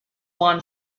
won